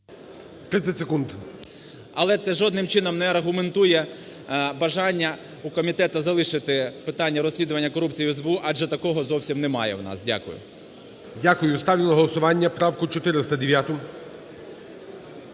І.Ю. ...але це жодним чином не аргументує бажання у комітету залишити питання розслідування корупції в СБУ, адже такого зовсім немає в нас. Дякую. ГОЛОВУЮЧИЙ. Дякую. Ставлю на голосування правку 409.